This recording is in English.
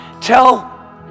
tell